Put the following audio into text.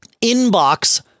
inbox